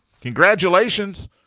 Congratulations